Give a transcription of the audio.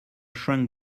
shrunk